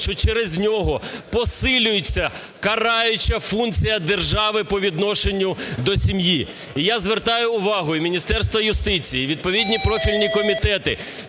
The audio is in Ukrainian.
що через нього посилюється караюча функція держави по відношенню до сім'ї. І я звертаю увагу і Міністерства юстиції, і відповідні профільні комітети,